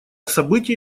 событие